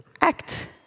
act